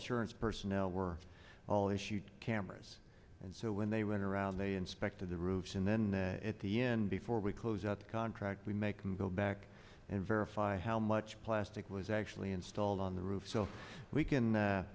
assurance personnel were all issued cameras and so when they went around they inspected the roofs and then at the end before we close out the contract we make them go back and verify how much plastic was actually installed on the roof so we can